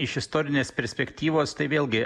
iš istorinės perspektyvos tai vėlgi